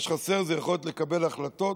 מה שחסר זה היכולת לקבל החלטות,